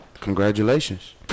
Congratulations